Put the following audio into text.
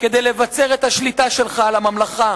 כדי לבצר את השליטה שלך על הממלכה.